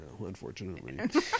unfortunately